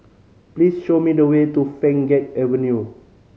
please show me the way to Pheng Geck Avenue